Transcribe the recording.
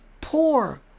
poor